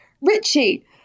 Richie